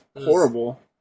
horrible